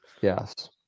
yes